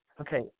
Okay